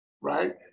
right